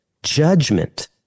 Judgment